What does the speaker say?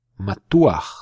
matuach